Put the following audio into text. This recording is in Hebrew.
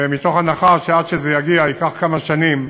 בהנחה שעד שזה יגיע ייקח כמה שנים,